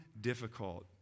difficult